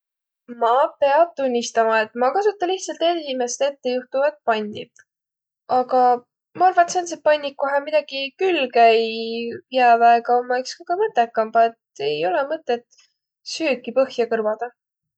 Ma piät tunnistama, et ma kasuta lihtsalt edimäst ettejuhtuvat panni. Agaq ma arva, et sääntseq panniq, kohe midägiq külge ei jääq väega, ommaq iks kõgõ mõttekambaq, et ei ole mõtõt süüki põhja kõrvadaq.